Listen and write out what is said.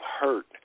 hurt